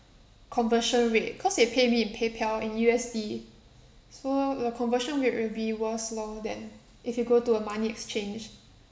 conversion rate cause they pay me in paypal in U_S_D so the conversion rate will be worse lor than if you go to a money exchange